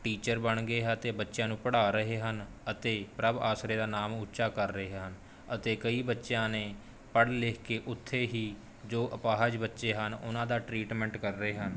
teacher ਬਣ ਗਏ ਹੈ ਅਤੇ ਬੱਚਿਆਂ ਨੂੰ ਪੜ੍ਹਾ ਰਹੇ ਹਨ ਅਤੇ ਪ੍ਰਭ ਆਸਰੇ ਦਾ ਨਾਮ ਉੱਚਾ ਕਰ ਰਹੇ ਹਨ ਅਤੇ ਕਈ ਬੱਚਿਆਂ ਨੇ ਪੜ੍ਹ ਲਿਖ ਕੇ ਉੱਥੇ ਹੀ ਜੋ ਅਪਾਹਜ ਬੱਚੇ ਹਨ ਉਹਨਾਂ ਦੇ ਟਰੀਟਮੈਂਟ ਕਰ ਰਹੇ ਹਨ